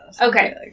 Okay